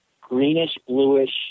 greenish-bluish